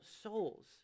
souls